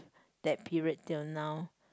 that period till now